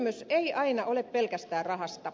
kysymys ei aina ole pelkästään rahasta